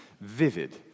vivid